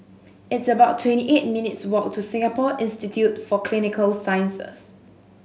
it's about twenty eight minutes' walk to Singapore Institute for Clinical Sciences